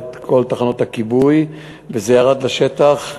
לכל תחנות הכיבוי, וזה ירד לשטח.